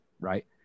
right